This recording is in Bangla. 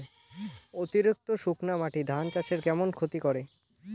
অতিরিক্ত শুকনা মাটি ধান চাষের কেমন ক্ষতি করে?